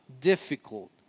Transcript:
difficult